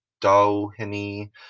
Doheny